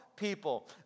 people